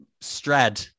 Strad